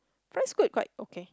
price Scoot quite okay